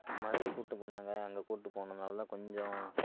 மதுரைக்கு கூட்டு போனாங்க அங்க கூட்டு போனதுனால் தான் கொஞ்சம்